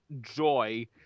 Joy